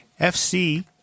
FC